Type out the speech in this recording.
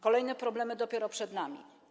Kolejne problemy dopiero przed nami.